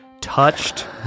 touched